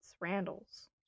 Randall's